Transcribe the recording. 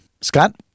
Scott